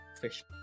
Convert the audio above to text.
fish